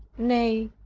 nay,